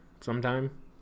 sometime